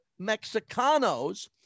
mexicanos